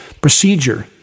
procedure